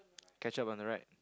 ketchup on the right